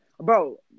Bro